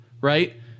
right